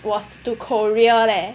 was to Korea leh